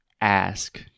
ask